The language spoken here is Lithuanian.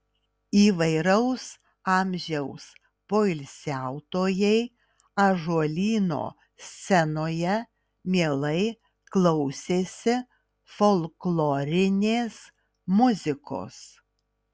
įvairaus amžiaus poilsiautojai ąžuolyno scenoje mielai klausėsi folklorinės muzikos